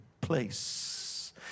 place